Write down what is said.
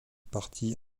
partie